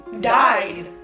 died